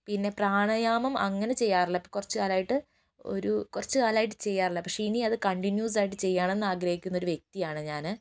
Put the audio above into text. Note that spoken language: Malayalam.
പിന്നെ പ്രാണയാമം അങ്ങനെ ചെയ്യാറില്ല ഇപ്പം കുറച്ചു കാലമായിട്ട് ഒരു കുറച്ച് കാലമായിട്ട് ചെയ്യാറില്ല പക്ഷെ ഇനി അത് കണ്ടിന്യൂസായിട്ട് ചെയ്യണം എന്നാഗ്രഹിക്കുന്ന ഒരു വ്യക്തിയാണ് ഞാൻ